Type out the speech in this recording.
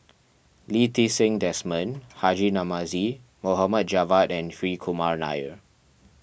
Lee Ti Seng Desmond Haji Namazie Mohd Javad and Hri Kumar Nair